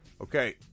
Okay